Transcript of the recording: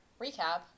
recap